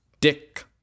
Dick